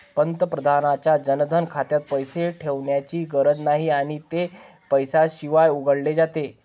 पंतप्रधानांच्या जनधन खात्यात पैसे ठेवण्याची गरज नाही आणि ते पैशाशिवाय उघडले जाते